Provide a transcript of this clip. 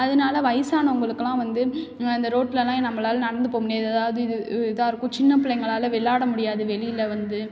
அதனால வயதானவங்களுக்குலாம் வந்து அந்த ரோட்டில் எல்லாம் எ நம்பளால் நடந்து போக முடியாது எதாவது இது இ இதாக இருக்கும் சின்ன பிள்ளைங்களால் விளாட முடியாது வெளியில் வந்து